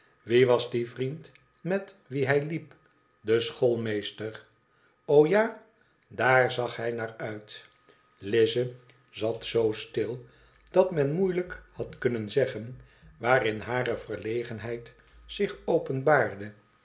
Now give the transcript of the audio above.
wie was die vriend met wien hij liep de schoolmeester ja daar zag hij naar uit lize zat zoo stil dat men moeielijk had kunnen zeggen waarin hare verlegenheid zich openbaarde